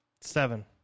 Seven